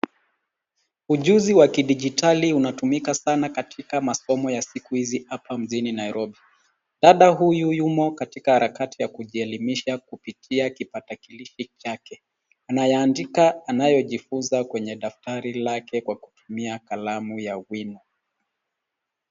Ujuzi wa kidijitali unatumika sana katika masomo ya siku hizi hapa mjini Nairobi. Dada huyu yumo katika harakati ya kujielimisha kupitia kipatakilishi chake. Anayaandika anayojifunza kwenye daftari lake kwa kutumia kalamu ya wino.